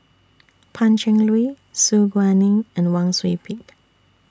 Pan Cheng Lui Su Guaning and Wang Sui Pick